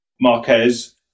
Marquez